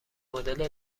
مدل